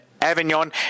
Avignon